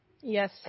Yes